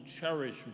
cherish